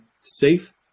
safe